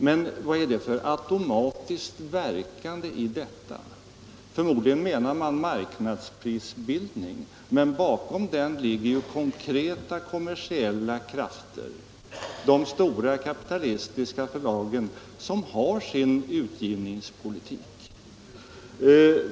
Men vad är det för automatiskt verkande i detta? Förmodligen menar man marknadsprisbildningen, men bakom den ligger konkreta kommersiella krafter, de stora kapitalistiska förlagen som har sin utgivningspolitik.